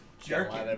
Jerking